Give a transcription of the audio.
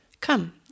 Come